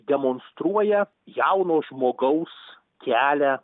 demonstruoja jauno žmogaus kelią